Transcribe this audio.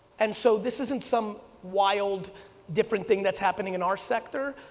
and so this isn't some wild different thing that's happening in our sector,